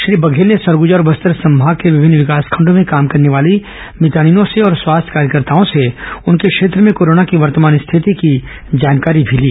श्री बघेल ने सरगजा और बस्तर संभाग के विभिन्न विकासखंडों में काम करने वाली मितानिनों से और स्वास्थ्य कार्यकर्ताओं से उनर्क क्षेत्र में कोरोना की वर्तमान स्थिति की जानकारी भी ली